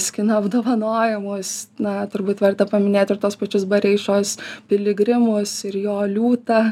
skina apdovanojimus na turbūt verta paminėt ir tuos pačius bareišos piligrimus ir jo liūtą